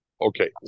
okay